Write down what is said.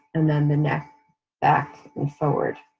and then, the neck back and forward.